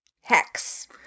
hex